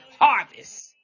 harvest